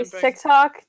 TikTok